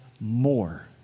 more